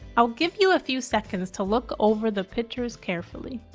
i'll give you a few seconds to look over the pictures carefully.